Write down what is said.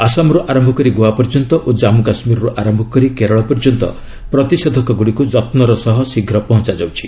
ଆସାମର୍ତ୍ତ ଆରମ୍ଭ କରି ଗୋଆ ପର୍ଯ୍ୟନ୍ତ ଓ କାଞ୍ଗୁ କାଶ୍ମୀରରୁ ଆରମ୍ଭ କରି କେରଳ ପର୍ଯ୍ୟନ୍ତ ପ୍ରତିଷେଧକଗୁଡ଼ିକୁ ଯତ୍ନର ସହ ଶୀଘ୍ର ପହଞ୍ଚାଯାଉଛି